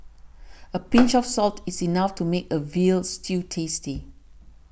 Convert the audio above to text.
a pinch of salt is enough to make a Veal Stew tasty